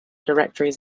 directories